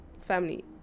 family